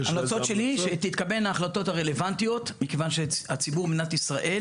ההמלצות שלי שתתקבלנה ההחלטות הרלוונטיות מכיוון שהציבור במדינת ישראל